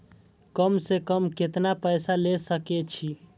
कम से कम केतना पैसा ले सके छी?